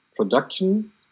Production